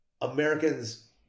Americans